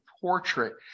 portrait